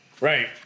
Right